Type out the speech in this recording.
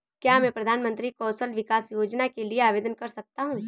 क्या मैं प्रधानमंत्री कौशल विकास योजना के लिए आवेदन कर सकता हूँ?